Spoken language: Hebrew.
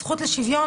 הזכות לשוויון,